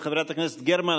חברת הכנסת גרמן,